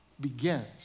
begins